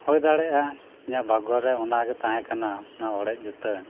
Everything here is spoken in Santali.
ᱦᱩᱭ ᱫᱟᱲᱮᱭᱟᱜᱼᱟ ᱤᱧᱟᱹᱜ ᱵᱷᱟᱜᱽᱜᱳᱨᱮ ᱚᱱᱟᱜᱮ ᱛᱟᱦᱮᱸᱠᱟᱱᱟ ᱚᱱᱟ ᱚᱲᱮᱡ ᱡᱩᱛᱟᱹ